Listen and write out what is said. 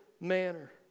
manner